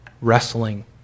wrestling